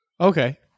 Okay